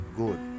good